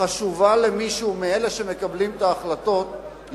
חשובה למישהו מאלה שמקבלים את ההחלטות,